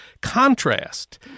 contrast